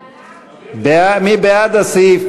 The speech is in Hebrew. מי בעד הסעיף?